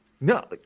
no